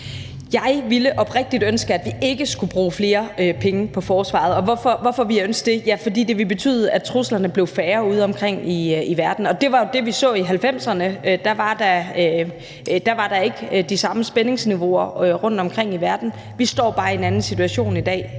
Jeg ville oprigtigt ønske, at vi ikke skulle bruge flere penge på forsvaret, og hvorfor ville jeg ønske det? Jo, fordi det ville betyde, at truslerne udeomkring i verden var blevet færre. Det var jo det, vi så i 1990'erne. Der var der ikke de samme spændingsniveauer rundtomkring i verden. Vi står bare i en anden situation i dag,